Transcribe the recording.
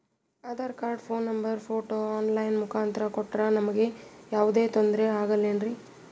Aadhaar card, phone number, photo online ಮುಖಾಂತ್ರ ಕೊಟ್ರ ನಮಗೆ ಯಾವುದೇ ತೊಂದ್ರೆ ಆಗಲೇನ್ರಿ?